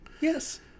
Yes